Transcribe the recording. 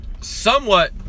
somewhat